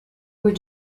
were